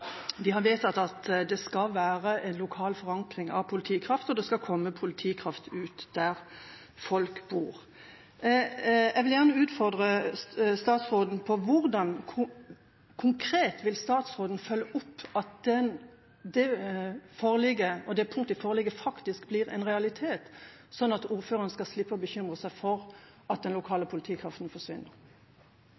har vedtatt at det skal være lokal forankring av politikraft, og det skal komme politikraft ut der folk bor. Jeg vil gjerne utfordre statsråden på hvordan statsråden konkret vil følge opp at det punktet i forliket faktisk blir en realitet, slik at ordførerne skal slippe å bekymre seg for at den lokale politikraften forsvinner.